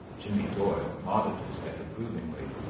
jimmy doyle nodded his head approvingly.